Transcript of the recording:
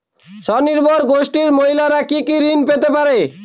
স্বনির্ভর গোষ্ঠীর মহিলারা কি কি ঋণ পেতে পারে?